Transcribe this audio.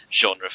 genre